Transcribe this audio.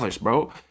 bro